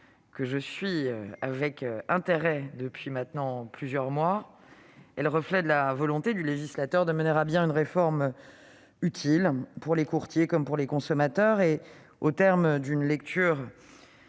que je suis avec intérêt depuis plusieurs mois, est le reflet de la volonté du législateur de mener à bien une réforme utile pour les courtiers comme pour les consommateurs. Au terme d'une lecture